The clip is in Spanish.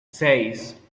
seis